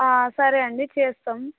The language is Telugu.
సరే అండి చేస్తాము